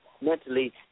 mentally